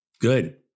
good